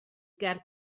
ger